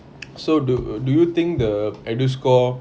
so do do you think the ideal score